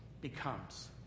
becomes